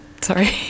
sorry